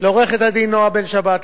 לעורכת-הדין נועה בן-שבת,